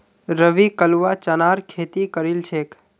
रवि कलवा चनार खेती करील छेक